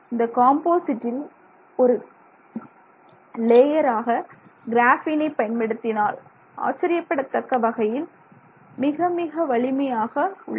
இந்த காம்போசிட்டில் ஒரு லேயராக கிராஃபீனை பயன்படுத்தினால் ஆச்சரியப்படத்தக்க வகையில் மிக மிக வலிமையாக உள்ளன